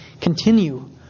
continue